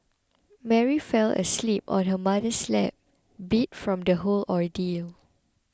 Mary fell asleep on her mother's lap beat from the whole ordeal